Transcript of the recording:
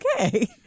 Okay